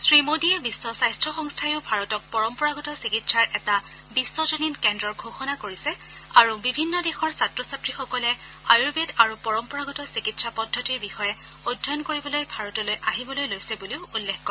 শ্ৰীমোদীয়ে বিশ্ব স্বাস্য সংস্থাইও ভাৰতক পৰম্পৰাগত চিকিৎসাৰ এটা বিশ্বজনিন কেন্দ্ৰৰ ঘোষণা কৰিছে আৰু বিভিন্ন দেশৰ ছাত্ৰ ছাত্ৰীসকলে আয়ুৰ্বেদ আৰু পৰম্পৰাগত চিকিৎসা পদ্ধতিৰ বিষয়ে অধ্যয়ন কৰিবলৈ ভাৰতলৈ আহিবলৈ লৈছে বুলি উল্লখ কৰে